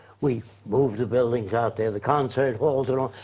we move the buildings out there. the concert halls and all.